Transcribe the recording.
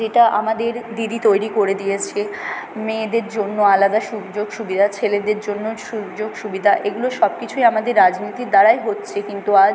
যেটা আমাদের দিদি তৈরি করে দিয়েছে মেয়েদের জন্য আলাদা সুযোগ সুবিধা ছেলেদের জন্য সুযোগ সুবিধা এগুলো সব কিছুই আমাদের রাজনীতির দ্বারাই হচ্ছে কিন্তু আজ